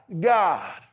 God